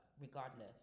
regardless